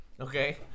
Okay